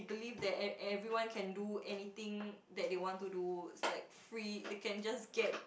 believe that e~ everyone can do anything that they want to do is like free they can just get